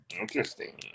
Interesting